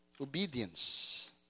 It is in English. Obedience